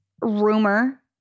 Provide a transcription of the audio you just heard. rumor